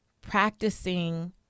practicing